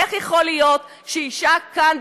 איך יכול להיות שאישה כאן,